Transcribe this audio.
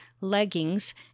leggings